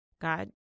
God